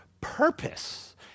purpose